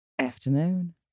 afternoon